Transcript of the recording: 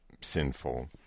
sinful